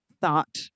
thought